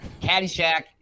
Caddyshack